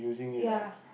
ya